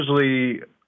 usually